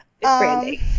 branding